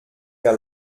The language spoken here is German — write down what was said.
der